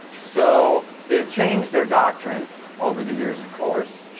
so they have changed their doctrine over the years, of course.